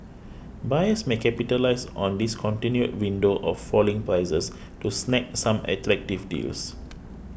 buyers may capitalise on this continued window of falling prices to snag some attractive deals